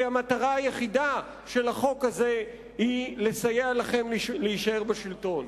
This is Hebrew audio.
כי המטרה היחידה של החוק הזה היא לסייע לכם להישאר בשלטון.